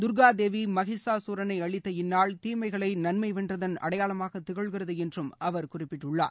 தர்கா தேவி மகிஷா சூரனை அளித்த இந்நாள் தீமைகளை நன்மை வென்றதன் அடையாளமாக திகழ்கிறது என்றும் அவர் குறிப்பிட்டுள்ளார்